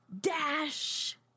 Dash